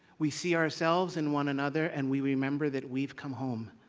we see ourselves in one another and we remember that we've come home.